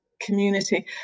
community